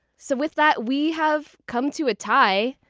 so with that, we have come to a tie.